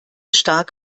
stark